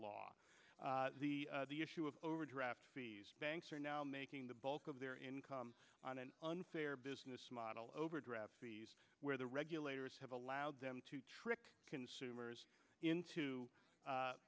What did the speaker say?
law the issue of overdraft fees banks are now making the bulk of their income on an unfair business model overdraft fees where the regulators have allowed them to trick consumers into u